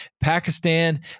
Pakistan